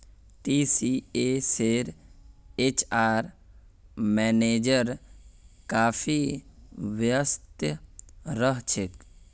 टीसीएसेर HR manager काफी व्यस्त रह छेक